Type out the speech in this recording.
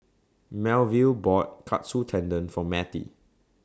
Melville bought Katsu Tendon For Mattie